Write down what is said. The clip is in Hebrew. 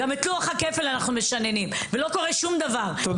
גם את לוח הכפל אנחנו משננים ולא קורה שום דבר -- תודה רבה.